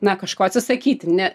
na kažko atsisakyti ne